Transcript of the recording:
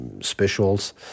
specials